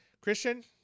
christian